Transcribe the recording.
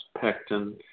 pectin